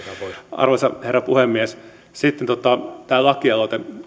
arvoisa herra puhemies sitten tämä lakialoite